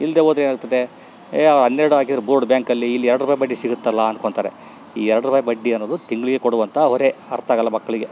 ಇಲ್ಲದೆ ಹೋದರೆ ಏನಾಗ್ತದೆ ಎ ಹನ್ನೆರಡು ಹಾಕಿರೋ ಬೋರ್ಡ್ ಬ್ಯಾಂಕಲ್ಲಿ ಇಲ್ಲಿ ಎರಡು ರೂಪಾಯಿ ಬಡ್ಡಿ ಸಿಗುತ್ತಲ್ಲ ಅನ್ಕೊಂತಾರೆ ಈ ಎರಡು ರೂಪಾಯಿ ಬಡ್ಡಿಯನ್ನೊದು ತಿಂಗಳಿಗೆ ಕೊಡುವಂಥ ಅವರೇ ಅರ್ಥಾಗಲ್ಲ ಮಕ್ಕಳಿಗೆ